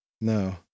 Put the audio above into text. No